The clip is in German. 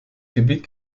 gebiet